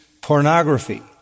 pornography